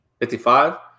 55